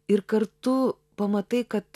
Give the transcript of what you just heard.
ir kartu pamatai kad